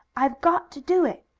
i've got to do it,